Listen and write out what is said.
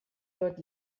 dort